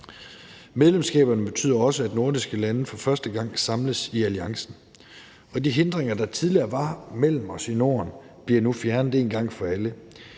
Medlemskaberne betyder også, at nordiske lande for første gang samles i alliancen, og de hindringer, der tidligere var mellem os i Norden, bliver nu fjernet en gang for alle.